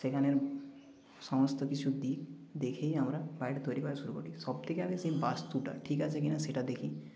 সেখানের সমস্ত কিছু দিক দেখেই আমরা বাড়িটা তৈরি করা শুরু করি সব থেকে আগে সেই বাস্তুটা ঠিক আছে কিনা সেটা দেখি